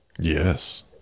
Yes